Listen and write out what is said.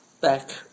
back